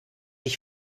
ich